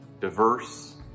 Diverse